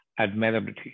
admirability